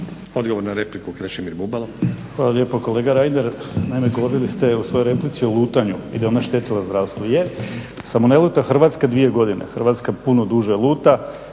Odgovor na repliku Krešimir Bubalo.